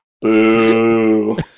Boo